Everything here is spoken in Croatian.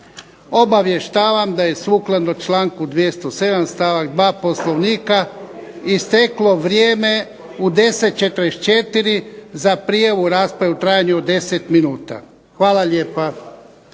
Obavještavam da je sukladno članku 207. stavak 2. Poslovnika isteklo vrijeme u 10,44 za prijavu rasprave u trajanju od 10 minuta. Hvala lijepa.